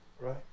right